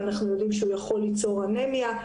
אנחנו יודעים שהוא יכול ליצור אנמיה.